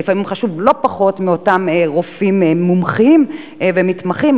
ולפעמים חשוב לא פחות מאותם רופאים מומחים ומתמחים,